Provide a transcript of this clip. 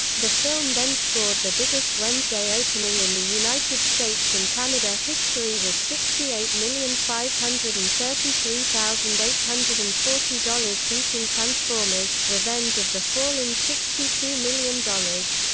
the film then scored the biggest wednesday opening in the united states and canada history with sixty eight million five hundred and thirty three thousand eight hundred and forty dollars beating transformers revenge of the fallen's sixty two million dollars.